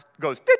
goes